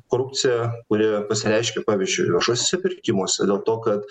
korupciją kuri pasireiškia pavyzdžiui viešuosiuose pirkimuose dėl to kad